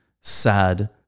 sad